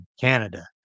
Canada